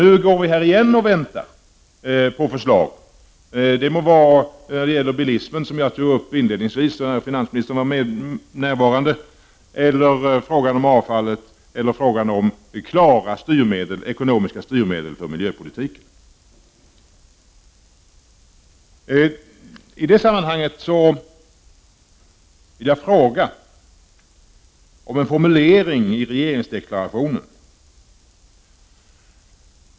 Nu går vi här och väntar på förslag igen. Det kan gälla frågan om bilismen — som jag tog upp inledningsvis när finansministern var närvarande — avfallet eller klara ekonomiska styrmedel för miljöpolitiken. I det sammanhanget vill jag ställa en fråga med anledning av en formulering i regeringsdeklarationen.